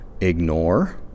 ignore